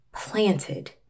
planted